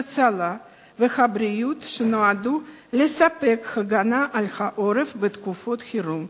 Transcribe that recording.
ההצלה והבריאות שנועדו לספק הגנה על העורף בתקופות חירום.